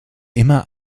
immer